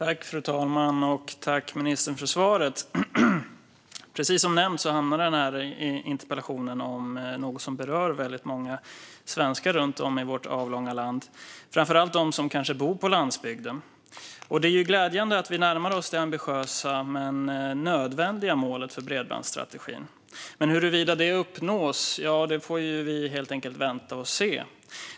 Fru talman! Tack, ministern, för svaret! Precis som nämns handlar interpellationen om något som berör väldigt många svenskar runt om i vårt avlånga land, kanske framför allt de som bor på landsbygden. Det är glädjande att vi närmar oss det ambitiösa men nödvändiga målet för bredbandsstrategin. Men när det gäller huruvida det uppnås får vi helt enkelt vänta och se.